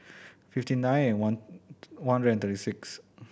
fifty nine and one one hundred and thirty six